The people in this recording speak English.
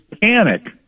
panic